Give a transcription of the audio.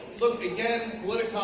look. again,